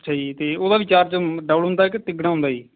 ਅੱਛਾ ਜੀ ਅਤੇ ਉਹਦਾ ਵੀ ਚਾਰਜ ਡਬਲ ਹੁੰਦਾ ਕੇ ਤਿਗਣਾ ਹੁੰਦਾ ਜੀ